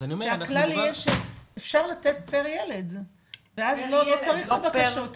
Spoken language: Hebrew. שהכלל יהיה שאפשר לתת פר ילד ואז לא צריך את הבקשות האלה.